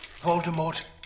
Voldemort